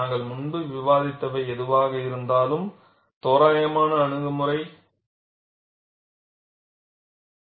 நாங்கள் முன்பு விவாதித்தவை எதுவாக இருந்தாலும்தோராயமான அணுகுமுறைகள்